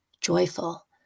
joyful